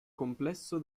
complesso